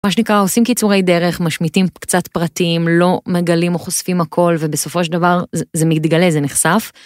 מה שנקרא עושים קיצורי דרך משמיטים קצת פרטים לא מגלים או חושפים הכל ובסופו של דבר זה מתגלה זה נחשף.